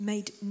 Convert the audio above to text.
made